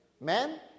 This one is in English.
men